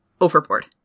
overboard